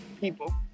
people